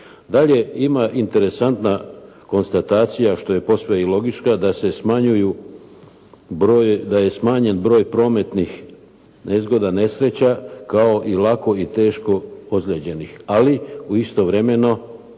Dalje, ima interesantna konstatacija što je posve i logička da je smanjen broj prometnih nezgoda, nesreća kao i lako i teško ozlijeđenih, ali istovremeno